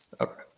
Okay